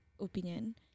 opinion